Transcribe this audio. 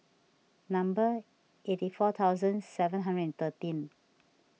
number eighty four thousands seven hundred and thirteen